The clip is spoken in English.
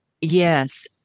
Yes